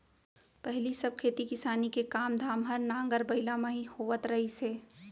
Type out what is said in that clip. पहिली सब खेती किसानी के काम धाम हर नांगर बइला म ही होवत रहिस हे